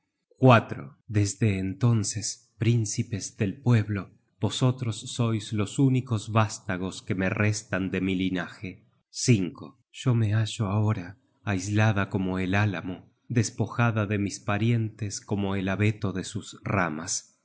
desde entonces príncipes del pueblo vosotros sois los únicos vástagos que me restan de mi linaje yo me hallo ahora aislada como el álamo despojada de mis parientes como el abeto de sus ramas